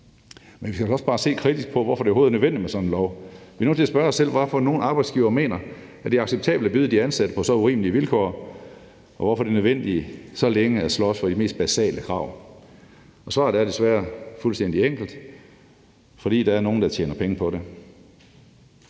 Men vi skal først bare se kritisk på, hvorfor det overhovedet er nødvendigt med sådan en lov. Vi er nødt til at spørge os selv, hvorfor nogle arbejdsgivere mener, at det er acceptabelt at byde de ansatte så urimelige vilkår, og hvorfor det er nødvendigt at slås så længe for de mest basale krav. Svaret er desværre fuldstændig enkelt: Det er, fordi der er nogle, der tjener penge på det.